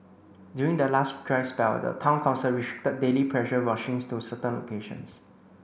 during the last dry spell the Town Council restricted daily pressure washing to certain locations